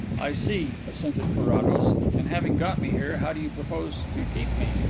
i see, assented carrados. and having got me here, how do you propose to keep me?